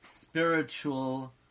spiritual